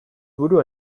buru